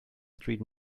street